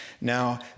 Now